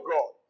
God